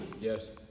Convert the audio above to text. Yes